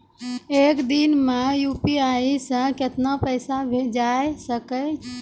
एक दिन मे यु.पी.आई से कितना पैसा जाय सके या?